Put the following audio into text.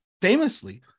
famously